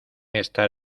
estar